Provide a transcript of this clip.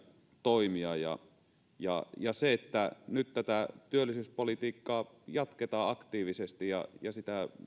toimia ja ja nyt tätä työllisyyspolitiikkaa jatketaan aktiivisesti ja ja sitä